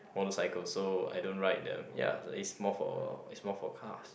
motorcycles so I don't ride them ya it's more for it's more for cars